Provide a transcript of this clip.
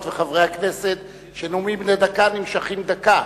וחברי הכנסת שנאומים בני דקה נמשכים דקה.